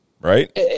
Right